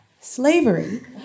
slavery